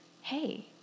hey